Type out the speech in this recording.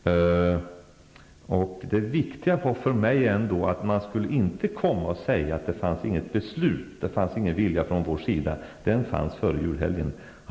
Det viktiga för mig var ändå att man inte skulle komma och säga att det inte fanns något beslut, att det inte fanns någon vilja från vår sida -- den viljan fanns före julhelgen.